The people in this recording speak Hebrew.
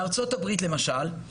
בארצות הברית למשל,